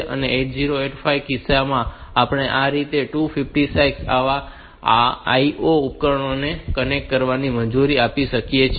અને 8085 ના કિસ્સામાં આપણે આ રીતે 256 આવા IO ઉપકરણોને કનેક્ટ કરવાની મંજૂરી આપી શકીએ છીએ